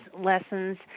lessons